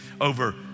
over